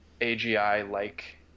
AGI-like